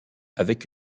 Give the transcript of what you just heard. avec